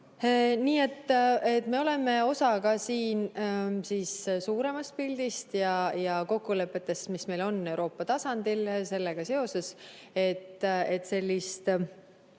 Nii et me oleme osa suuremast pildist ja kokkulepetest, mis meil on Euroopa tasandil sellega seoses, et